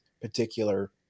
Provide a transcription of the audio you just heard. particular